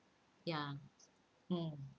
yeah um